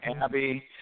Abby